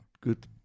good